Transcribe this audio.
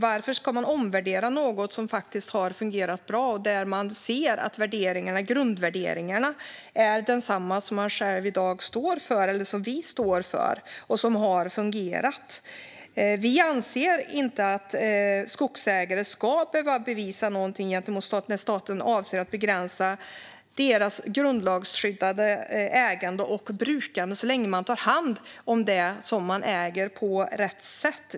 Varför ska vi omvärdera något som faktiskt har fungerat bra och där vi ser att grundvärderingarna är desamma som vi i dag står för och som har fungerat? Vi anser inte att skogsägare ska behöva bevisa någonting gentemot staten när staten avser att begränsa deras grundlagsskyddade ägande och brukande, så länge de tar hand om det de äger på rätt sätt.